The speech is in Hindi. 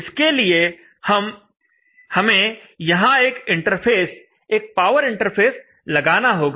इसके लिए हमें यहां एक इंटरफ़ेस एक पावर इंटरफेस लगाना होगा